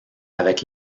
avec